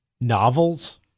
novels